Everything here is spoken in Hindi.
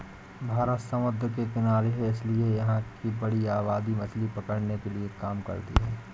भारत समुद्र के किनारे है इसीलिए यहां की बड़ी आबादी मछली पकड़ने के काम करती है